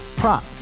prop